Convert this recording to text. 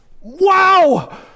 Wow